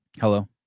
Hello